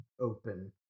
open